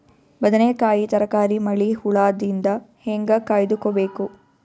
ಬದನೆಕಾಯಿ ತರಕಾರಿ ಮಳಿ ಹುಳಾದಿಂದ ಹೇಂಗ ಕಾಯ್ದುಕೊಬೇಕು?